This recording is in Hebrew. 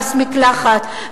מס מקלחת,